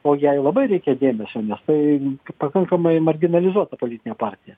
o jai labai reikia dėmesio nes tai pakankamai marginalizuota politinė partija